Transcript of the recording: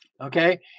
Okay